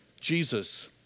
Jesus